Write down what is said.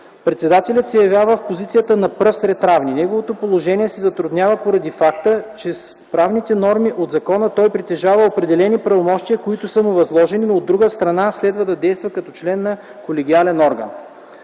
Председателят се явява в позицията на пръв сред равни. Неговото положение се затруднява поради факта, че с правните норми от закона той притежава определени правомощия, които са му възложени, но от друга страна, следва да действа като член на колегиален орган.